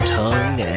tongue